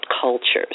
cultures